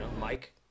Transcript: Mike